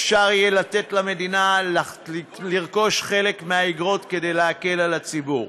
אפשר יהיה לתת למדינה לרכוש חלק מהאיגרות כדי להקל על הציבור.